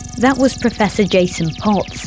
that was professor jason potts,